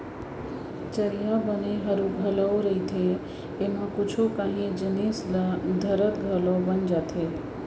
चरिहा बने हरू घलौ रहिथे, एमा कुछु कांही जिनिस ल धरत घलौ बन जाथे